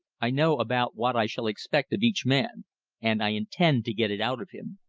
i know about what i shall expect of each man and i intend to get it out of him.